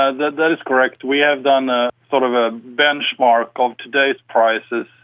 ah that that is correct. we have done ah sort of a benchmark of today's prices,